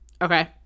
Okay